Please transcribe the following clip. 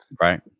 right